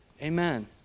Amen